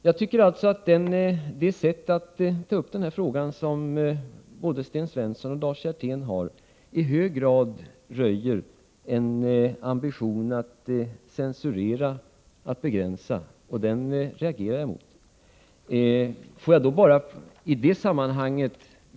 Jag tycker alltså att både Sten Svenssons och Lars Hjerténs sätt att ta upp den här frågan i hög grad röjer en ambition att censurera, att begränsa, och den reagerar jag emot.